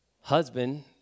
Husband